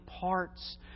parts